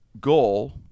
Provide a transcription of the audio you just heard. goal